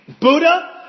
Buddha